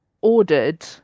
ordered